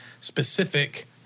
specific